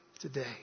today